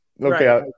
okay